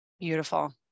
Beautiful